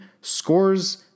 scores